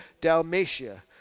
Dalmatia